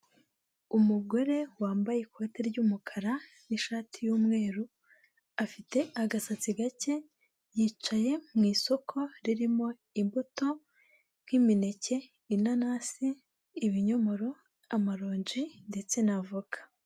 Umugore wambaye ikote ry'umukara n'ishati y'umweru, afite agasatsi gake yicaye mu isoko ririmo imbuto nk'imineke, inanasi, ibinyomoro, amaronji ndetse na avoka.